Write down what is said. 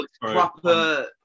proper